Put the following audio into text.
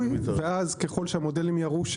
הניסוי ואז ככל שהמודלים יראו,